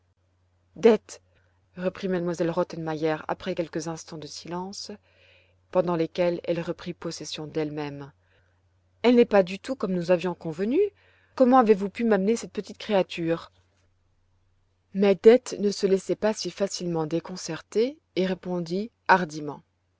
m elle rottenmeier après quelques instants de silence pendant lesquels elle reprit possession d'elle-même elle n'est pas du tout comme nous avions convenu comment avez-vous pu m'amener cette petite créature mais dete ne se laissait pas si facilement dé concerter et répondit hardiment